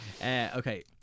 okay